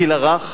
הגיל הרך,